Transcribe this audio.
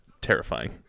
Terrifying